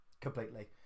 Completely